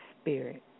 spirit